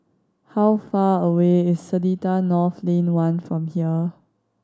how far away is Seletar North Lane One from here